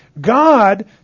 God